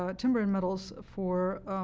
ah timber and metals for